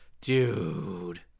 Dude